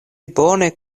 bone